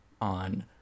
on